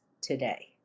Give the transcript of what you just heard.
today